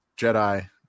Jedi